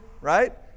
right